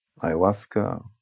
ayahuasca